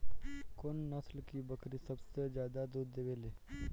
कौन नस्ल की बकरी सबसे ज्यादा दूध देवेले?